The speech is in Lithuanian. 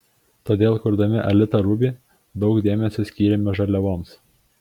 todėl kurdami alita ruby daug dėmesio skyrėme žaliavoms